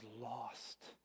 lost